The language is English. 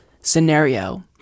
scenario